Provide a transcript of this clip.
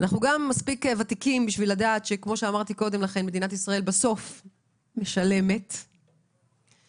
ואנחנו גם מספיק ותיקים בשביל לדעת שמדינת ישראל משלמת בסוף.